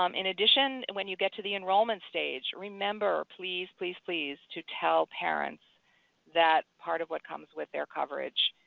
um in addition, and when you get to the enrollment stage, remember, please please please, to tell parents that part of what comes with their coverage,